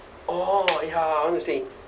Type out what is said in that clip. orh ya I wanna say